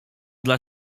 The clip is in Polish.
dla